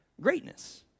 greatness